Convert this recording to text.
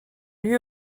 lieu